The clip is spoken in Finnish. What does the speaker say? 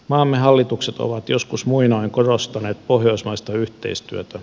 maamme hallitukset ovat joskus muinoin korostaneet pohjoismaista yhteistyötä